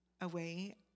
Away